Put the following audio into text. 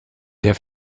der